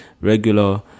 regular